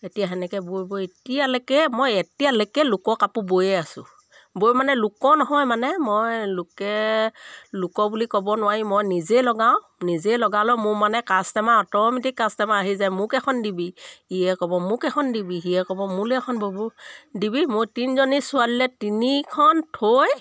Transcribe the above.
এতিয়া তেনেকৈ বৈ বৈ এতিয়ালৈকে মই এতিয়ালৈকে লোকৰ কাপোৰ বয়ে আছোঁ বৈ মানে লোকৰ নহয় মানে মই লোকে লোকৰ বুলি ক'ব নোৱাৰি মই নিজে লগাওঁ নিজে লগালে মোৰ মানে কাষ্টমাৰ অ'টোমেটিক কাষ্টমাৰ আহি যায় মোক এখন দিবি ইয়ে ক'ব মোক এখন দিবি সিয়ে ক'ব মোলৈ এখন ব'ব দিবি মোৰ তিনিজনী ছোৱালীলৈ তিনিখন থৈ